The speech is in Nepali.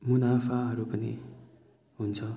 मुनाफाहरू पनि हुन्छ